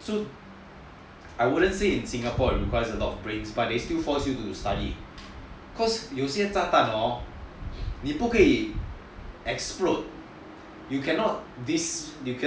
so I wouldn't say in singapore it requires a lot of brain but they still force you to study cause 有些炸弹 hor 不可以 explode you cannot disassemble